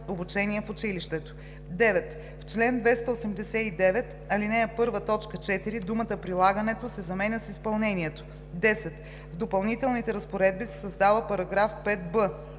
обучение в училището.“ 9. В чл. 289, ал. 1, т. 4 думата „прилагането“ се заменя с „изпълнението“. 10. В Допълнителните разпоредби се създава § 5б: „§ 5б.